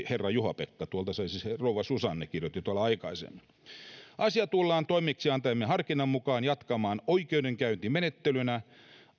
herra juha pekan allekirjoittaman siis rouva susanne kirjoitti tuolla aikaisemmin viestin asiaa tullaan toimeksiantajamme harkinnan mukaan jatkamaan oikeudenkäyntimenettelynä